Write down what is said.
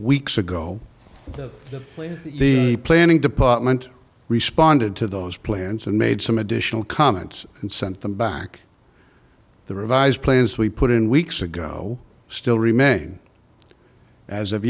weeks ago in the planning department responded to those plans and made some additional comments and sent them back the revised plans we put in weeks ago still remain as of